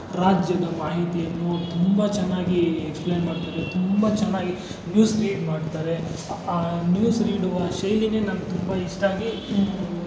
ರಾಜ್ಯದ ಮಾಹಿತಿಯೂ ತುಂಬ ಚೆನ್ನಾಗಿ ಎಕ್ಸ್ಪ್ಲೇನ್ ಮಾಡ್ತಾರೆ ತುಂಬ ಚೆನ್ನಾಗಿ ನ್ಯೂಸ್ ರೀಡ್ ಮಾಡ್ತಾರೆ ಆ ಆ ನ್ಯೂಸ್ ರೀಡ್ ಆ ಶೈಲಿನೇ ನನಗೆ ತುಂಬ ಇಷ್ಟಾಗಿ